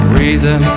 reason